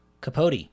Capote